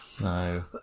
No